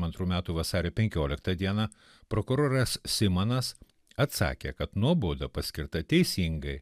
antrų metų vasario penkioliktą dieną prokuroras simonas atsakė kad nuobauda paskirta teisingai